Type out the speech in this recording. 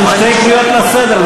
את עם שתי קריאות לסדר,